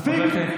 מספיק.